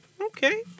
okay